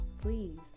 please